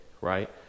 right